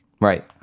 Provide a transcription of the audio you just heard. Right